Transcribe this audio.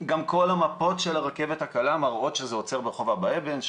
גם כל המפות של הרכבת הקלה מראות שזה עוצר ברחוב אבא אבן.